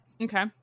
Okay